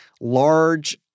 large